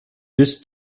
this